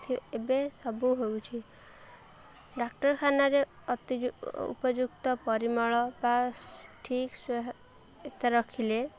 ଏବେ ସବୁ ହେଉଛି ଡାକ୍ତରଖାନାରେ ଅତି ଉପଯୁକ୍ତ ପରିମଳ ବା ଠିକ୍ ରଖିଲେ